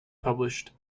published